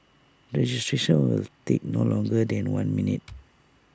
registration will take no longer than one minute